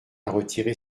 retirer